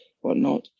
whatnot